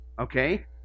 okay